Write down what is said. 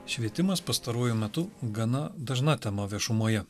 švietimas pastaruoju metu gana dažna tema viešumoje